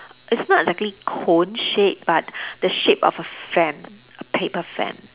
it's not exactly cone shaped but the shape of a fan a paper fan